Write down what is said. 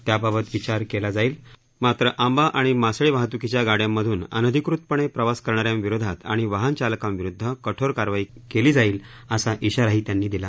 त्याबाबत विचार केला जाईल मात्र आंबा आणि मासळी वाहत्कीच्या गाड्यांमधून अनधिकृतपणे प्रवास करणाऱ्यांविरुद्ध आणि वाहनचालकांविरुद्ध कठोर कारवाई केली जाईल असा इशाराही त्यांनी दिला